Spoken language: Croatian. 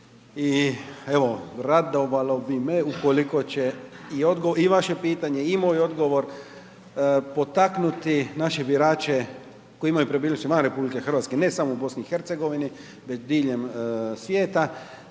i evo, radovalo bi me ukoliko će i vaše pitanje i moj odgovor potaknuti naše birače koji imaju prebivalište van RH, ne samo u BiH, već diljem svijeta